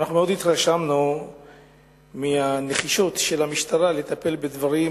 מאוד התרשמנו מהנחישות של המשטרה לטפל בדברים